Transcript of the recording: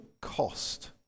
cost